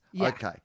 Okay